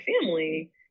family